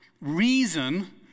reason